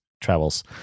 travels